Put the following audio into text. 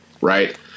right